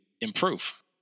improve